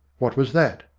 what was that?